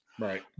Right